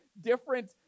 different